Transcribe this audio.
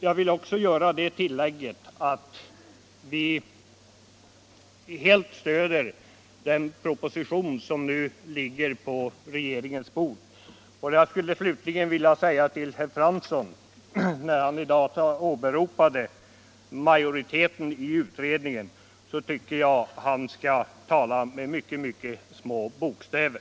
Jag vill också göra det tillägget att vi helt stöder den proposition som nu ligger på riksdagens bord. Slutligen skulle jag vilja säga till herr Fransson, som i dag åberopade majoriteten i utredningen, att han borde tala med mycket små bokstäver.